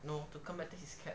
no to come back take his cap